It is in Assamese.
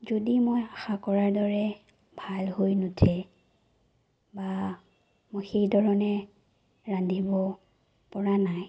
যদি মই আশা কৰাৰ দৰে ভাল হৈ নুঠে বা মই সেইধৰণে ৰান্ধিব পৰা নাই